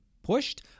pushed